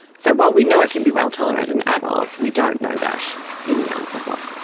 so while we know it can be well tolerated in adults, we don't know that in young people.